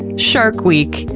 shark week,